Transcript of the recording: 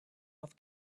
off